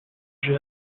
asia